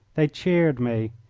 they cheered me.